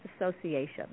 association